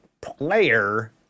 player